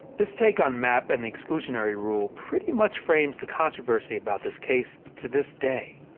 this take on mapp and the exclusionary rule pretty much frames the controversy about this case to this day.